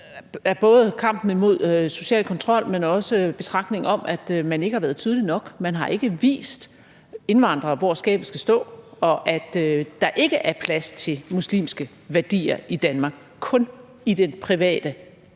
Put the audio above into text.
til kampen mod social kontrol, men også betragtningen om, at man ikke har været tydelig nok. Man har ikke vist indvandrere, hvor skabet skal stå, og at der ikke er plads til muslimske værdier i Danmark, kun i den private sfære